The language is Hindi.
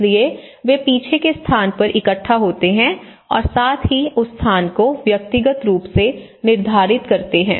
इसलिए वे पीछे के स्थान पर इकट्ठा होते हैं और साथ ही उस स्थान को व्यक्तिगत रुप से निर्धारित करते है